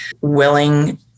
willing